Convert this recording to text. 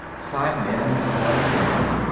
five men one woman.